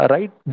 Right